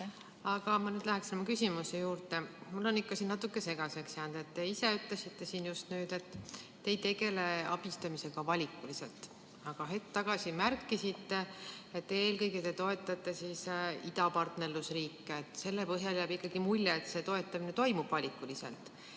Aga ma nüüd läheksin oma küsimuse juurde. Mulle on ikka see natuke segaseks jäänud. Te ise ütlesite siin, et te ei tegele abistamisega valikuliselt, aga hetk tagasi märkisite, et eelkõige te toetate idapartnerlusriike. Selle põhjal jääb ikkagi mulje, et toetamine toimub valikuliselt.